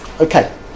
Okay